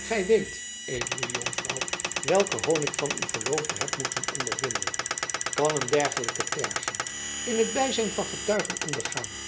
gij weet edele jonkvrouw welken hoon ik van uw verloofde heb moeten ondervinden kan een dergelijke terging in t bijzijn van getuigen ondergaan